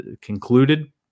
concluded